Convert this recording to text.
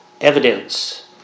evidence